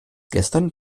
gestern